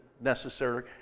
necessary